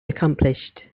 accomplished